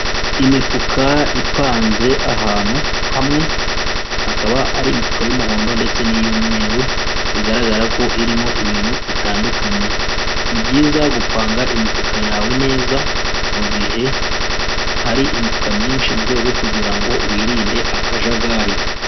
Imifuka ipanze ahantu hamwe akaba ari imifuka y'umuhondo ndetse n'iy'umweru, bigaragara ko irimo ibintu bitandukanye. Ni byiza gupanga imifuka yawe neza mu gihe hari imifuka myinshi mu rwego rwo kugira ngo wirinde akajagari.